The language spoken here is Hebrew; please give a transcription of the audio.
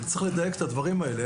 אני צריך לדייק את הדברים האלה.